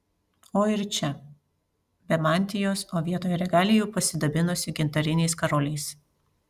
o ir čia be mantijos o vietoj regalijų pasidabinusi gintariniais karoliais